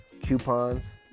coupons